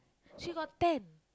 she got ten